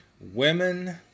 Women